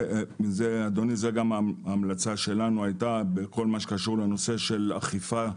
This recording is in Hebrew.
זו גם היתה ההמלצה שלנו בכל הנושא של אכיפת תמרורים,